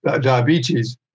diabetes